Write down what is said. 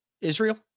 Israel